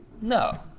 No